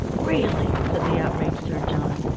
really! said the outraged sir john.